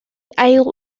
ail